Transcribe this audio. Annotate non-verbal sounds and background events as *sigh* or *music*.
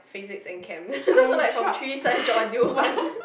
physics and chem *laughs* so like from three science drop until one